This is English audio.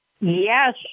Yes